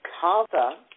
kava